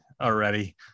already